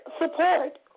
support